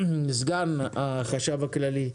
סגן החשב הכללי,